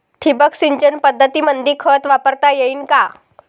ठिबक सिंचन पद्धतीमंदी खत वापरता येईन का?